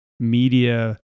media